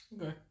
Okay